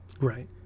Right